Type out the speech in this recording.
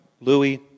Louis